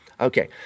Okay